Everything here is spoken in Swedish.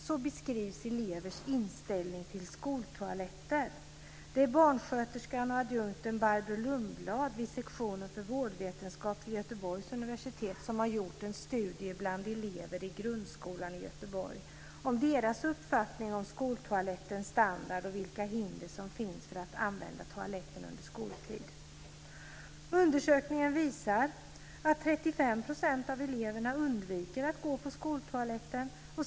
Så beskrivs elevers inställning till skoltoaletter. Det är barnsköterskan och adjunkten Barbro Lundblad, sektionen för vårdvetenskap vid Göteborgs universitet, som har gjort en studie bland elever i grundskolan i Göteborg om deras uppfattning om skoltoalettens standard och vilka hinder som finns för att använda toaletten under skoltid. Undersökningen visar att 35 % av eleverna undviker att gå på skoltoaletten.